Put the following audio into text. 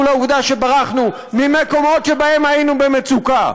לעובדה שברחנו ממקומות שבהם היינו במצוקה.